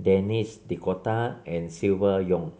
Denis D'Cotta and Silvia Yong